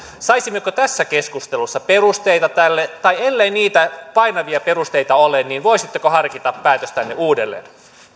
saisimmeko tässä keskustelussa perusteita tälle tai ellei niitä painavia perusteita ole voisitteko harkita päätöstänne uudelleen